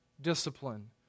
discipline